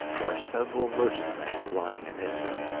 where several merchantmen were lying at anchor.